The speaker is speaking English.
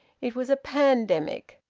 it was a pandemic.